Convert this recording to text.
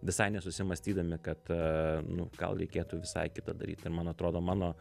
visai nesusimąstydami kad nu gal reikėtų visai kitą daryti ir man atrodo mano